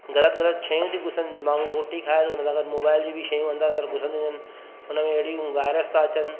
ग़लति ग़लति शयूं थियूं घुसनि दिमाग़ में रोटी खाए थो उन सां गॾु मोबाइल जी बि शयूं अंदरि अंदरि घुसंदियूं थियूं वञनि उन में अहिड़ियूं वाइरस था अचनि